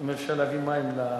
אם אפשר להביא מים לדובר.